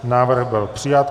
Návrh byl přijat.